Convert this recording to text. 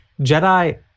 Jedi